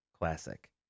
classic